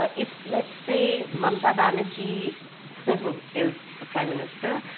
ah if, let's say, mamata banerjee is the prime minister,